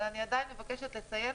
אבל אני עדיין מבקשת לציין